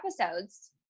episodes